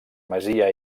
masia